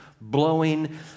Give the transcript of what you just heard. blowing